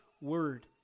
Word